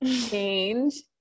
change